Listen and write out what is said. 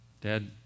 Dad